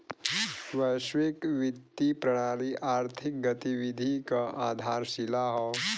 वैश्विक वित्तीय प्रणाली आर्थिक गतिविधि क आधारशिला हौ